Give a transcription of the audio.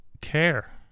care